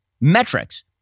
metrics